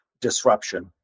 disruption